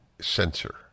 censor